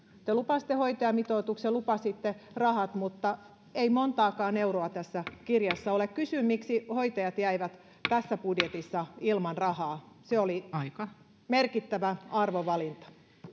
te lupasitte hoitajamitoituksen lupasitte rahat mutta ei montaakaan euroa tässä kirjassa ole kysyn miksi hoitajat jäivät tässä budjetissa ilman rahaa se oli merkittävä arvovalinta